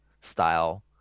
style